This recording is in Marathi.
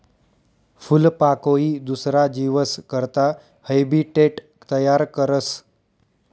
फूलपाकोई दुसरा जीवस करता हैबीटेट तयार करस